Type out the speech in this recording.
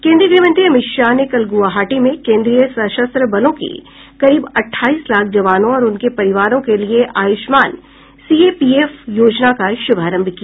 केंद्रीय गृहमंत्री अमित शाह ने कल गुवाहाटी में केंद्रीय सशस्त्र बलों के करीब अट्ठाईस लाख जवानों और उनके परिवारों के लिए Ayushman C A P F योजना का शुभारंभ किया